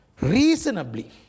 reasonably